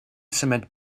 cement